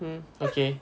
hmm okay